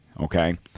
Okay